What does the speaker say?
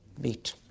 meet